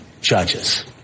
judges